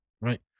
Right